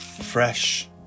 Fresh